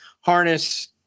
harness